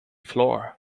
floor